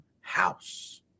house